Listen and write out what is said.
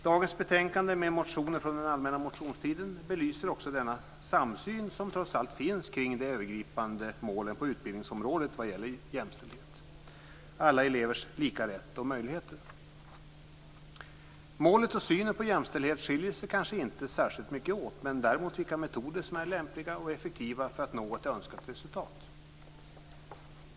Dagens betänkande med motioner från den allmänna motionstiden belyser också den samsyn som trots allt finns kring de övergripande målen på utbildningsområdet vad gäller jämställdhet - alla elevers lika rätt och möjligheter. Målet för och synen på jämställdhet skiljer sig kanske inte särskilt mycket åt, däremot vilka metoder som är lämpliga och effektiva för att nå önskat resultat.